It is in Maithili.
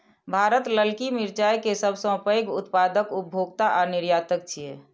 भारत ललकी मिरचाय के सबसं पैघ उत्पादक, उपभोक्ता आ निर्यातक छियै